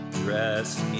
dressed